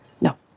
No